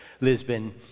Lisbon